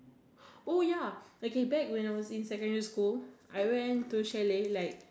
oh ya back when I was in secondary school I went to chalet like